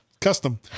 Custom